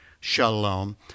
Shalom